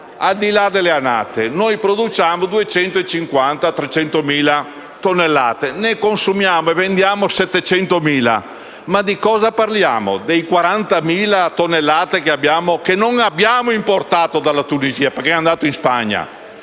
al di là delle annate, noi produciamo 250.000-300.000 tonnellate; ne consumiamo e vendiamo 700.000. Ma di cosa parliamo? Delle 40.000 tonnellate che non abbiamo importato dalla Tunisia, perché è andato in Spagna?